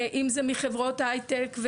אם זה מחברות היי-טק,